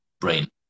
Brain